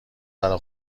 برا